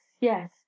yes